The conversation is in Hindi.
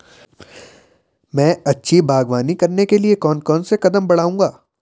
मैं अच्छी बागवानी करने के लिए कौन कौन से कदम बढ़ाऊंगा?